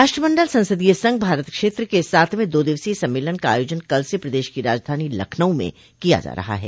राष्ट्रमंडल संसदीय संघ भारत क्षेत्र के सातवें दो दिवसीय सम्मेलन का आयोजन कल से प्रदेश की राजधानी लखनऊ में किया जा रहा है